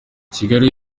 kigali